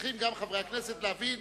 צריכים גם חברי הכנסת להבין.